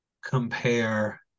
compare